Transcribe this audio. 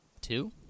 two